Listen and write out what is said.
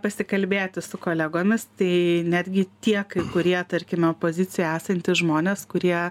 pasikalbėti su kolegomis tai netgi tie kai kurie tarkime opozicijoj esantys žmonės kurie